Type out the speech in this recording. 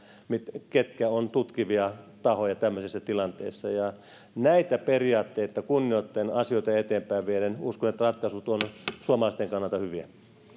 ketkä ovat tutkivia tahoja tämmöisessä tilanteessa näitä periaatteita kunnioittaen asioita eteenpäin vieden uskon että ratkaisut ovat suomalaisten kannalta hyviä